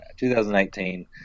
2018